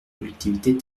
collectivités